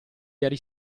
ieri